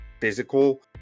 physical